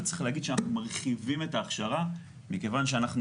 וצריך להגיד שאנחנו מרחיבים את ההכשרה מכיוון שאנחנו